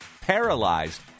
paralyzed